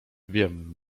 wiem